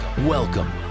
Welcome